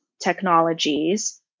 technologies